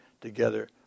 together